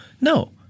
no